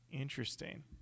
Interesting